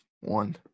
one